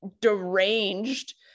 deranged